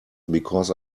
because